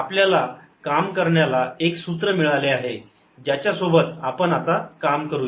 आपल्याला काम करण्याला एक सूत्र मिळाले आहे ज्याच्यासोबत आपण आता काम करूया